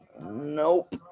nope